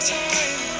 time